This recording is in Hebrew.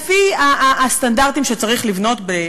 לפי הסטנדרטים שצריך לבנות,